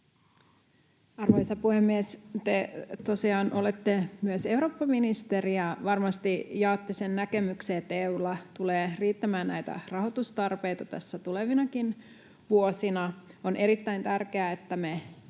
Arvoisa puhemies! Te tosiaan olette myös eurooppaministeri ja varmasti jaatte sen näkemyksen, että EU:lla tulee riittämään näitä rahoitustarpeita tulevinakin vuosina. On erittäin tärkeää, että